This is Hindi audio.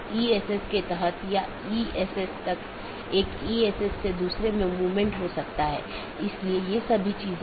तो इसका मतलब है अगर मैं AS1 के नेटवर्क1 से AS6 के नेटवर्क 6 में जाना चाहता हूँ तो मुझे क्या रास्ता अपनाना चाहिए